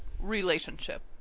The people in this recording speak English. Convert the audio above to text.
relationship